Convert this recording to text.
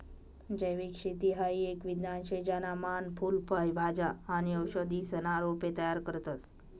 जैविक शेती हाई एक विज्ञान शे ज्याना मान फूल फय भाज्या आणि औषधीसना रोपे तयार करतस